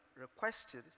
requested